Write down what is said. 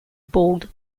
bold